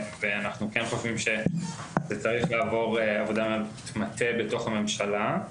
אנחנו כן חושבים שזה צריך לעבור עבודת מטה בתוך הממשלה.